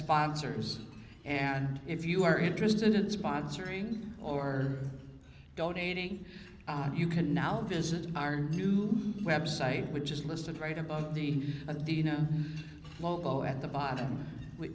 sponsors and if you are interested in sponsoring or donating you can now visit our new website which is listed right above the a do you know logo at the bottom we